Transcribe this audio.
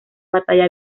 batalla